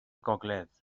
gogledd